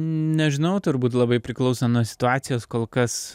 nežinau turbūt labai priklauso nuo situacijos kol kas